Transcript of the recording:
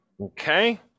Okay